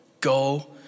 go